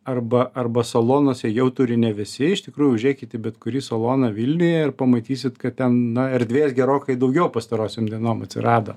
arba arba salonuose jau turi ne visi iš tikrųjų užeikit į bet kurį saloną vilniuje ir pamatysit kad ten na erdvės gerokai daugiau pastarosiom dienom atsirado